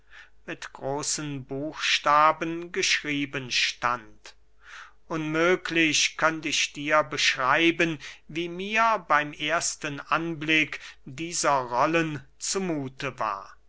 mit großen buchstaben geschrieben stand unmöglich könnt ich dir beschreiben wie mir beym ersten anblick dieser rollen zu muthe war